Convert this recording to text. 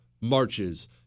marches